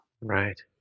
Right